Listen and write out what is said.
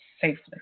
safely